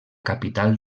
capital